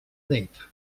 nit